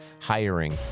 hiring